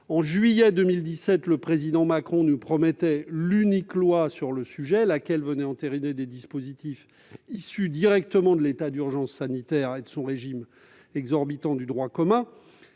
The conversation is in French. En juillet 2017, le président Macron nous promettait une unique loi sur le sujet, laquelle venait entériner des dispositifs issus directement de l'état d'urgence et de son régime exorbitant du droit commun.